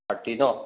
thirty ন